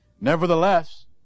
Nevertheless